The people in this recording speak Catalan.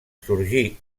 sorgí